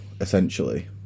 Essentially